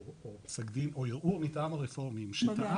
פסק דין או ערעור מטעם הרפורמים שתהה